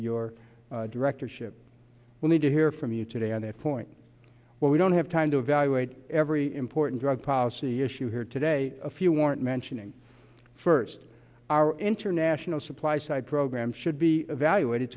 your directorship we need to hear from you today on that point where we don't have time to evaluate every important drug policy issue here today if you want mentioning first our international supply side programs should be evaluated